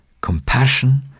compassion